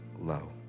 low